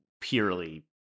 purely